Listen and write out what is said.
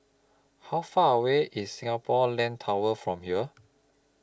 How Far away IS Singapore Land Tower from here